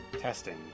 Testing